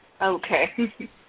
Okay